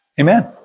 Amen